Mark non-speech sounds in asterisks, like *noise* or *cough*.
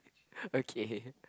okay *laughs*